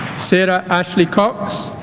sarah ashleigh cox